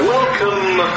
Welcome